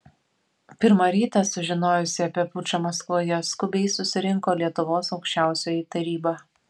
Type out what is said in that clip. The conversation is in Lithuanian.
pirmą rytą sužinojusi apie pučą maskvoje skubiai susirinko lietuvos aukščiausioji taryba